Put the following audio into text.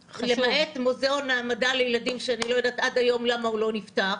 למעט מוזיאון המדע לילדים שאני לא יודעת עד היום למה הוא לא נפתח,